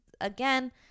Again